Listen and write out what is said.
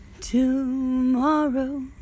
Tomorrow